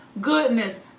goodness